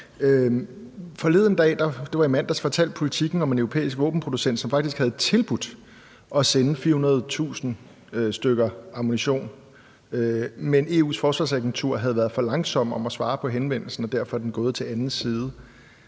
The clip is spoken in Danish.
var i mandags, fortalte Politiken om en europæisk våbenproducent, som faktisk havde tilbudt at sende 400.000 stykker ammunition, men EU's Forsvarsagentur havde været for langsomme til at svare på henvendelsen, og derfor er det gået til anden side.